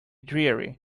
dreary